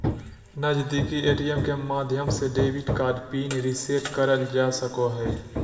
नजीदीकि ए.टी.एम के माध्यम से डेबिट कार्ड पिन रीसेट करल जा सको हय